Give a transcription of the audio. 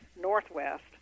northwest